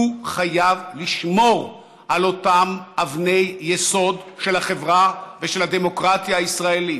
הוא חייב לשמור על אותן אבני יסוד של החברה ושל הדמוקרטיה הישראלית,